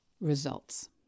results